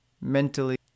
mentally